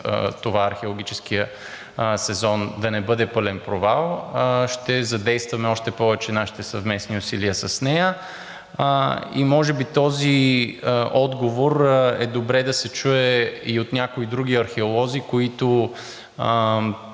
археологическият сезон да не бъде пълен провал. Ще задействаме още повече нашите съвместни усилия с нея. И може би този отговор е добре да се чуе и от някои други археолози, които